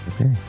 okay